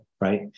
right